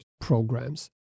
programs